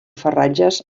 farratges